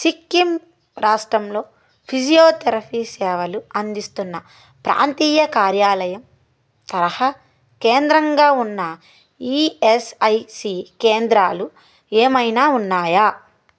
సిక్కిం రాష్ట్రంలో ఫిజియోతెరపీ సేవలు అందిస్తున్న ప్రాంతీయ కార్యాలయం తరహా కేంద్రంగా ఉన్న ఈఎస్ఐసి కేంద్రాలు ఏమైనా ఉన్నాయా